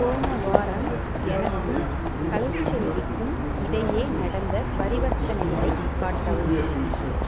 போன வாரம் எனக்கும் கலைச்செல்விக்கும் இடையே நடந்த பரிவர்த்தனைகளை காட்டவும்